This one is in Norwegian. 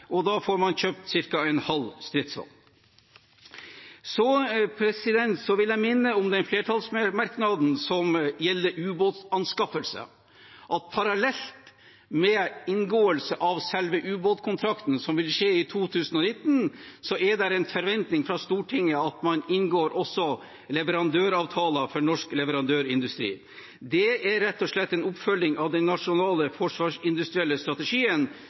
stridsvogner; da får man kjøpt ca. en halv stridsvogn. Jeg vil minne om den flertallsmerknaden som gjelder ubåtanskaffelse, at parallelt med inngåelse av selve ubåtkontrakten – som vil skje i 2019 – er det en forventning fra Stortinget om at man også inngår leverandøravtaler for norsk leverandørindustri. Det er rett og slett en oppfølging av den nasjonale forsvarsindustrielle strategien